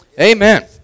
Amen